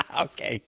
okay